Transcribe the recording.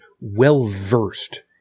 well-versed